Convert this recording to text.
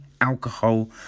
alcohol